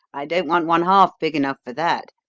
i don't want one half big enough for that.